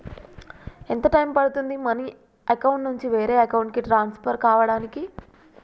ఎంత టైం పడుతుంది money account నుంచి వేరే అకౌంట్ కి ట్రాన్స్ఫర్ కావటానికి?